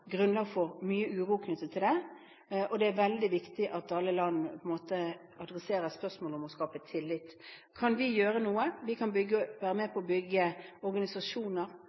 og det er veldig viktig at alle land adresserer spørsmålet om å skape tillit. Kan vi gjøre noe? Vi kan være med på å bygge organisasjoner,